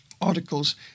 articles